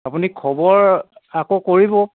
আপুনি খবৰ আকৌ কৰিব